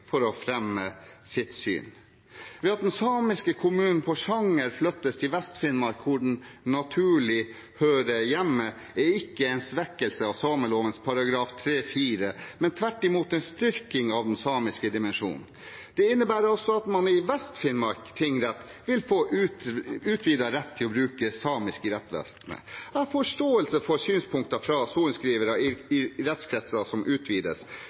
for å fremme sitt syn. At den samiske kommunen Porsanger flyttes til Vest-Finnmark, hvor den naturlig hører hjemme, er ikke en svekkelse av sameloven § 3-4, men tvert imot en styrking av den samiske dimensjonen. Det innebærer at man i Vest-Finnmark tingrett vil få utvidet rett til å bruke samisk i rettsvesenet. Jeg har forståelse for synspunkter fra sorenskrivere i rettskretser som utvides.